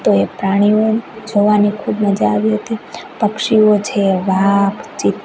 તો એ પ્રાણીઓ જોવાની ખૂબ મજા આવી હતી પક્ષીઓ છે વાઘ